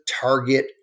target